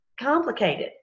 complicated